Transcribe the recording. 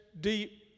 deep